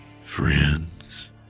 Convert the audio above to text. Friends